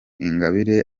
ingabire